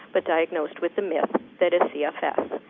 but diagnosed with the myth that is cfs.